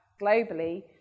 globally